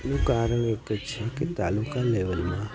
એનું કારણ એક જ છે તાલુકા લેવલમાં